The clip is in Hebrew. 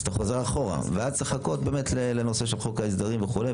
אתה חוזר אחורה ואז יש לחכות לחוק ההסדרים וכו'.